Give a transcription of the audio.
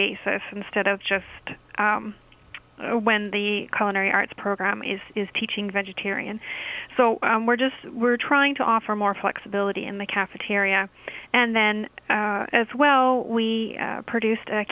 basis instead of just when the commentary arts program is is teaching vegetarian so we're just we're trying to offer more flexibility in the cafeteria and then as well we produced a